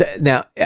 now